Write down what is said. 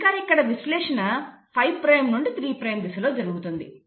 ఇక్కడ ఇంకా విశ్లేషణ 5 ప్రైమ్ నుండి 3 ప్రైమ్ దిశలో జరుగుతుంది